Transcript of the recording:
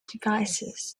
devices